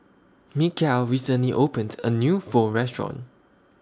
Michale recently opened A New Pho Restaurant